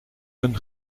een